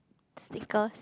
sticker